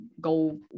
go